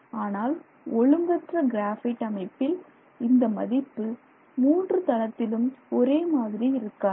ஆனால் ஒழுங்கற்ற கிராபைட் அமைப்பில் இந்த மதிப்பு மூன்று தளத்திலும் ஒரே மாதிரி இருக்காது